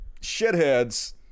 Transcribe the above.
shitheads